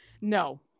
No